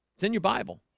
it's in your bible,